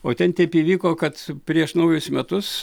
o ten taip įvyko kad prieš naujus metus